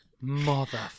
Mother